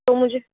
तो मुझे